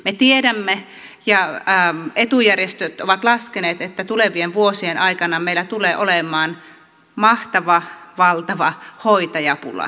me tiedämme ja etujärjestöt ovat laskeneet että tulevien vuosien aikana meillä tulee olemaan mahtava valtava hoitajapula